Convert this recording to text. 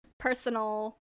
personal